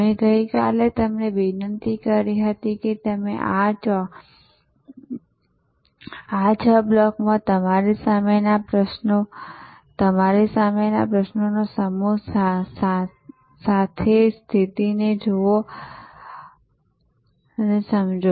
મેં ગઈ કાલે તમને વિનંતી કરી હતી કે તમે આ છ બ્લોકમાં તમારી સામેના પ્રશ્નોના સમૂહ સાથે સ્થિતિની આ સમજને જોડો